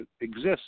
exists